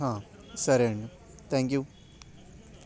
సరే అండి thank you